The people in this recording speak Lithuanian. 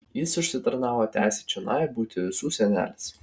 jis užsitarnavo teisę čionai būti visų senelis